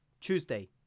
Tuesday